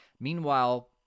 Meanwhile